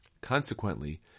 Consequently